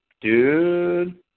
Dude